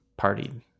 partied